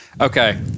Okay